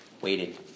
waited